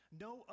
No